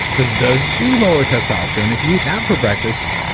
because those do lower testosterone. if you eat that for breakfast,